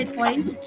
points